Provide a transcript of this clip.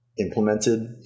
implemented